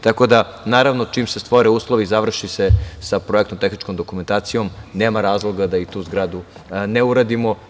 Tako da, naravno, čim se stvore uslovi, završi se sa projektno-tehničkom dokumentacijom, nema razloga da i tu zgradu ne uradimo.